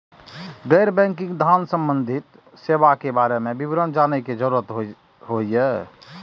गैर बैंकिंग धान सम्बन्धी सेवा के बारे में विवरण जानय के जरुरत होय हय?